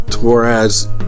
whereas